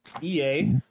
ea